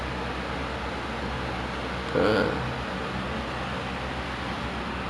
legit lah compared to like having tak ada kerja langsung kan